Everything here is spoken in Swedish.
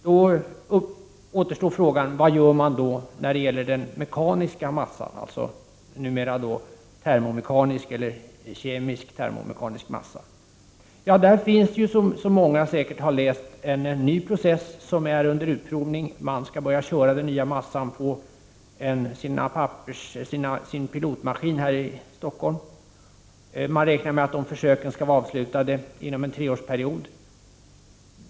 Då återstår frågan: Vad gör man när det gäller den mekaniska massan, dvs. numera termo-mekanisk eller kemisk termo-mekanisk massa? Det finns, som många säkert har läst, en ny process som är under utprovning. Man skall börja använda den nya massan i den pilotmaskin som finns här i Stockholm. Man räknar med att dessa försök skall vara avslutade inom en treårsperiod.